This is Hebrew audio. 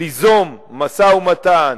ליזום משא-ומתן,